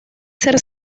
ser